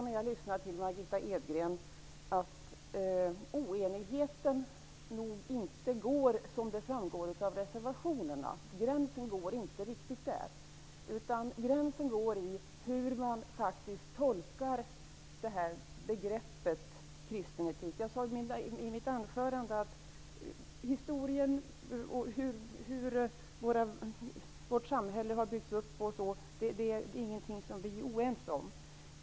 När jag lyssnar till Margitta Edgren förstår jag också att oenigheten inte ser ut på det sätt som framgår av reservationerna. Gränsen går inte riktigt där. Den går i hur man faktiskt tolkar begreppet kristen etik. Jag sade i mitt anförande att vi inte är oense om historien och om hur vårt samhälle har byggts upp.